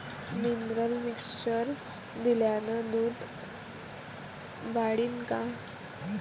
Mineral mixture दिल्यानं दूध वाढीनं का?